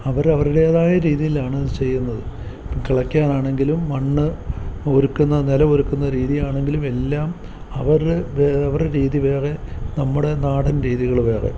അവർ അവരുടെതായ രീതിയിലാണത് ചെയ്യുന്നത് ഇപ്പം കിളയ്ക്കാനാണെങ്കിലും മണ്ണ് ഒരുക്കുന്ന നിലമൊരുക്കുന്ന രീതിയാണെങ്കിലും എല്ലാം അവർ അവരുടെ രീതി വേറെ നമ്മുടെ നാടൻ രീതികൾ വേറെ